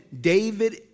David